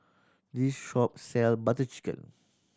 this shop sell Butter Chicken